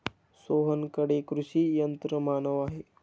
सोहनकडे कृषी यंत्रमानव आहे